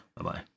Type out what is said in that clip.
Bye-bye